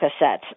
cassettes